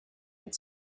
had